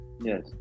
yes